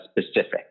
specific